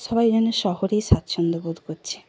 সবাই যেন শহরেই স্বাচ্ছন্দ্য বোধ কচ্ছে